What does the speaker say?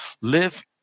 live